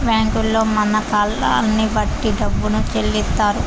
బ్యాంకుల్లో మన కాలాన్ని బట్టి డబ్బును చెల్లిత్తారు